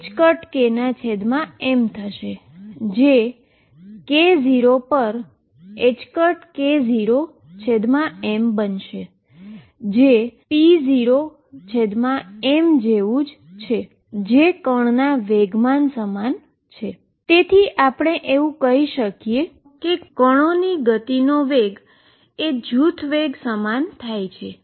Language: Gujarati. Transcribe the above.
તેથીઆપણે એવુ કહીએ છીએ કે પાર્ટીકલની સ્પીડનો પાર્ટીકલના વેગ એ ગ્રુપ વેલોસીટી સમાન થાય છે